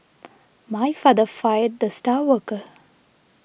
my father fired the star worker